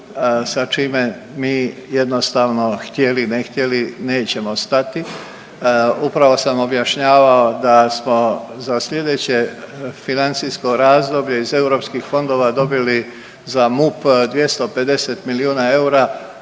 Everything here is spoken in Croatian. sa čime mi jednostavno htjeli, ne htjeli nećemo stati. Upravo sam objašnjavao da smo za slijedeće financijsko razdoblje iz europskih fondova dobili za MUP 250 milijuna eura,